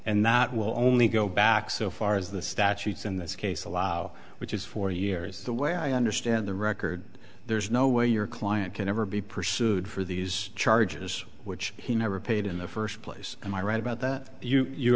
and that will only go back so far as the statutes in this case allow which is four years the way i understand the record there's no way your client can ever be pursued for these charges which he never paid in the first place am i right about that you you